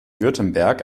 württemberg